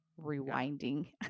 rewinding